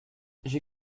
j’ai